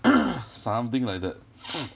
something like that